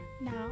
now